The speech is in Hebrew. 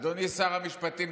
אדוני שר המשפטים,